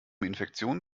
infektionen